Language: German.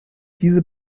diese